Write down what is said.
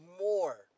more